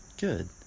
Good